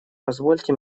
позвольте